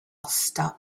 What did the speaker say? stop